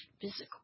physical